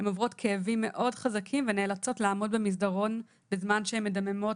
הן עוברות כאבים מאוד חזקים ונאלצות לעמוד במסדרון בזמן שהן מדממות